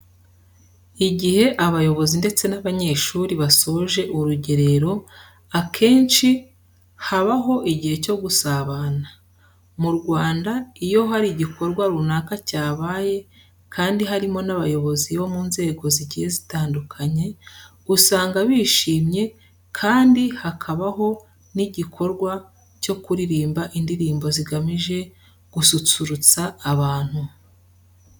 Igihe abayobozi ndetse n'abanyeshuri basoje urugerero akenshi habaho igihe cyo gusabana. Mu Rwanda iyo hari igikorwa runaka cyabaye kandi harimo n'abayobozi bo mu nzego zigiye zitandukanye, usanga bishimye kandi hakabaho n'igikorwa cyo kuririmba indirimbo zigamije gususurutsa abantu.